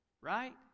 Right